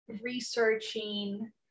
researching